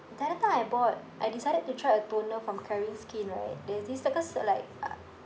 the other time I bought I decided to try a toner from caring skin right there's this because like uh